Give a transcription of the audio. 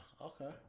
okay